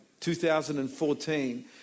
2014